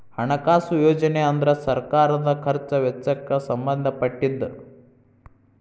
ಹಣಕಾಸು ಯೋಜನೆ ಅಂದ್ರ ಸರ್ಕಾರದ್ ಖರ್ಚ್ ವೆಚ್ಚಕ್ಕ್ ಸಂಬಂಧ ಪಟ್ಟಿದ್ದ